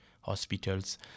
hospitals